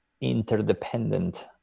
interdependent